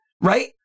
right